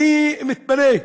אני מתפלא: